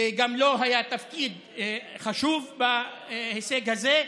וגם לו היה תפקיד חשוב בהישג הזה.